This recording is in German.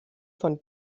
von